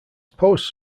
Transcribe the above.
posts